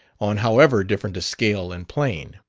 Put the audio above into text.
on however different a scale and plane.